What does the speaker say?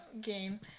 game